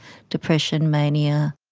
depression, mania.